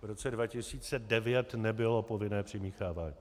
V roce 2009 nebylo povinné přimíchávání.